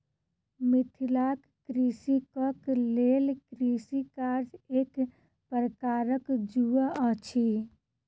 मिथिलाक कृषकक लेल कृषि कार्य एक प्रकारक जुआ अछि